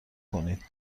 کنید